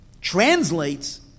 translates